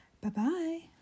Bye-bye